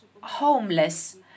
homeless